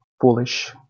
foolish